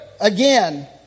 again